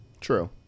True